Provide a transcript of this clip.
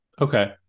Okay